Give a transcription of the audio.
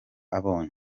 abonye